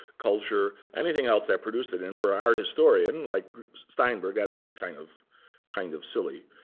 culture, anything else that produced it. and for an art historian, like steinberg, that seemed kind of kind of silly.